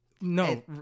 No